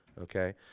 okay